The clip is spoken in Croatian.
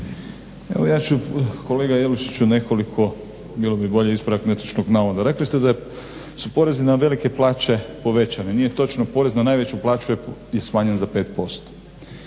Evo ja ću kolega Jelušiću nekoliko, bilo bi bolje ispravak netočnog navoda. Rekli ste da su porezi na velike plaće povećane. Nije točno. Porez na najveću plaću je smanjen za 5%.